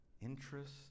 interest